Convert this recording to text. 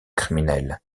criminel